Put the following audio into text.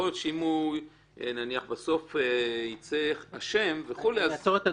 להיות שאם הוא בסוף יצא אשם וכו' --- אני אעצור את אדוני,